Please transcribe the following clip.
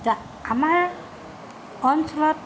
এতিয়া আমাৰ অঞ্চলত